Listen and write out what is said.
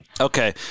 Okay